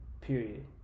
Period